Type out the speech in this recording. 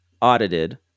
audited